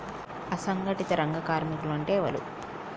అసంఘటిత రంగ కార్మికులు అంటే ఎవలూ?